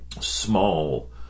small